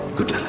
Good